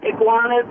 iguanas